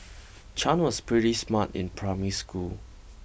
Chan was pretty smart in primary school